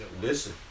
listen